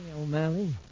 O'Malley